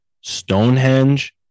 Stonehenge